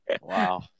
Wow